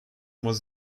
was